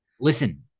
Listen